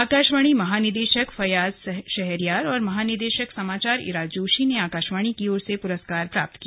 आकाशवाणी महानिदेशक फैय्याज शहरयार और महानिदेशक समाचार इरा जोशी ने आकाशवाणी की ओर से पुरस्कार प्राप्त किया